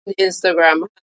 Instagram